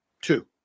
Two